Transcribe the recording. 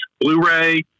blu-ray